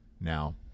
now